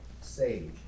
sage